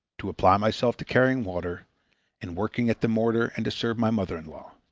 to apply myself to carrying water and working at the mortar and to serve my mother-in-law.